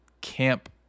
camp